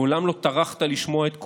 מעולם לא טרחת לשמוע את קולנו,